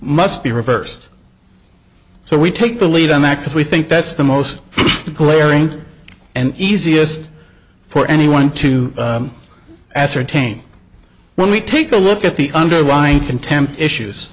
must be reversed so we take the lead on that because we think that's the most glaring and easiest for anyone to ascertain when we take a look at the underlying contempt issues